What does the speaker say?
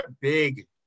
big